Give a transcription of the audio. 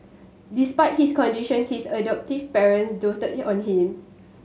despite his conditions his adoptive parents doted on him